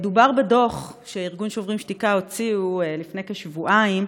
מדובר בדוח שארגון "שוברים שתיקה" הוציא לפני כשבועיים,